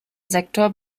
sektor